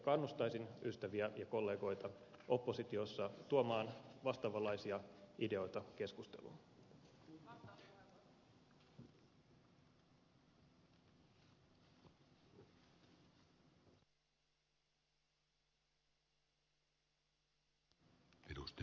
kannustaisin ystäviä ja kollegoita oppositiossa tuomaan vastaavanlaisia ideoita keskusteluun